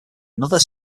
another